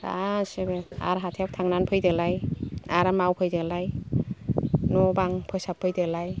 गासैबो आरो हाथायाव थांना फैदोलाय आरो मावफैदोलाय न' बां फोसाब फैदोलाय